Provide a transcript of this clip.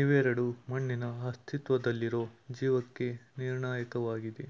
ಇವೆರಡೂ ಮಣ್ಣಿನ ಅಸ್ತಿತ್ವದಲ್ಲಿರೊ ಜೀವಕ್ಕೆ ನಿರ್ಣಾಯಕವಾಗಿವೆ